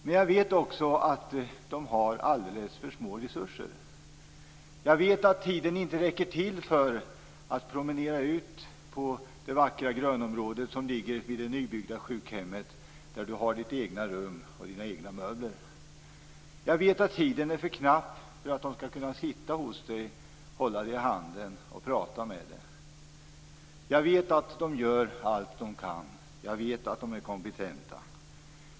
Men jag vet också att de har alldeles för små resurser. Jag vet att tiden inte räcker till för att promenera ut på det vackra grönområdet som ligger vid det nybyggda sjukhemmet där du har ditt egna rum och dina egna möbler. Jag vet att tiden är för knapp för att de skall kunna sitta hos dig, hålla dig i handen och prata med dig. Jag vet att de gör allt de kan, och jag vet att de är kompetenta.